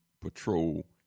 patrol